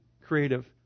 creative